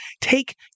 take